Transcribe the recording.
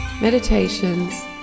meditations